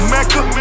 Mecca